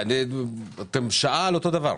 (א)שר האוצר,